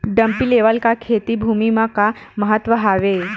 Dumpy level का खेती भुमि म का महत्व हावे?